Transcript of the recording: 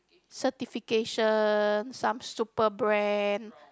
certifications some super brand